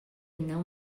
não